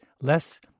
less